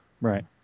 Right